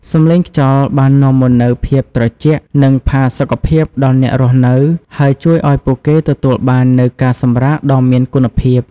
សំឡេងខ្យល់បាននាំមកនូវភាពត្រជាក់ និងផាសុកភាពដល់អ្នករស់នៅ ហើយជួយឱ្យពួកគេទទួលបាននូវការសម្រាកដ៏មានគុណភាព។